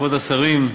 כבוד השרים,